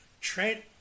Trent